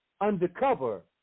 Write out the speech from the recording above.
undercover